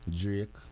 Drake